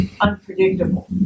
unpredictable